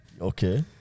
Okay